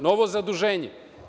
Novo zaduženje.